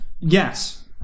yes